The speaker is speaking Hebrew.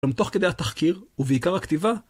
גם תוך כדי התחקיר, ובעיקר הכתיבה,